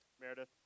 Meredith